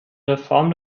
reform